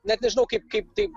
net nežinau kaip kaip tai